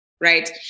right